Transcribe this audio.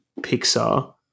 Pixar